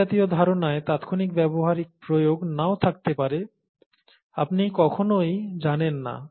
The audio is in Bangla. এই জাতীয় ধারণায় তাত্ক্ষণিক ব্যবহারিক প্রয়োগ নাও থাকতে পারে আপনি কখনই জানেন না